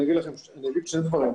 אני אומר שני דברים.